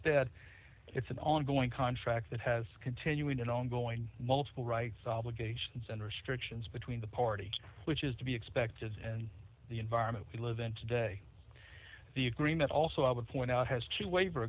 ead it's an ongoing contract that has continuing and ongoing multiple rights obligations and restrictions between the parties which is to be expected and the environment we live in today the agreement also i would point out has to waiver